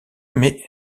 mais